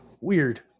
weird